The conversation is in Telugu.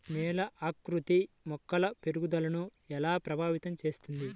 నేల ఆకృతి మొక్కల పెరుగుదలను ఎలా ప్రభావితం చేస్తుంది?